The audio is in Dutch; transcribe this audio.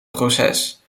proces